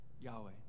Yahweh